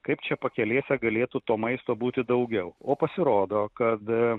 kaip čia pakelėse galėtų to maisto būti daugiau o pasirodo kad